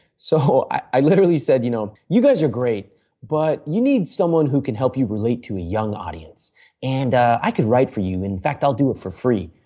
so i literally said, you know you guys are great but you need someone who can help you relate to a young audience and i can write for you. in fact, i will do it for free.